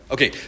Okay